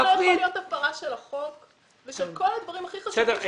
לא יכולה להיות הפרה של החוק ושל כל הדברים הכי חשובים.